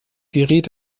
gerät